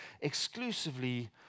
exclusively